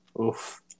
Oof